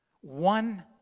One